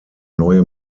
neue